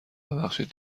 ببخشید